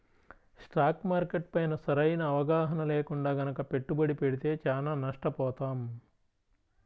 stock market పైన సరైన అవగాహన లేకుండా గనక పెట్టుబడి పెడితే చానా నష్టపోతాం